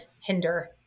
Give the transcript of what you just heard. hinder